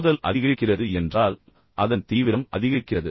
மோதல் அதிகரிக்கிறது என்றால் அதன் தீவிரம் அதிகரிக்கிறது